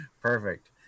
Perfect